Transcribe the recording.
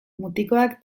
mutikoak